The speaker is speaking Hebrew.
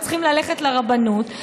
הם צריכים ללכת לרבנות.